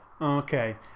Okay